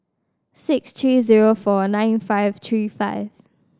six three zero four nine five three five